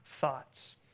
thoughts